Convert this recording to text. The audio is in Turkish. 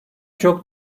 çok